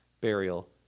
burial